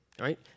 Right